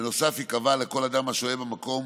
בנוסף, ייקבע לכל אדם השוהה במקום